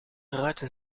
ruiten